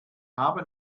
haben